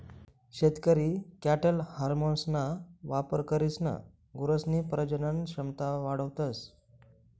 शेतकरी कॅटल हार्मोन्सना वापर करीसन गुरसनी प्रजनन क्षमता वाढावतस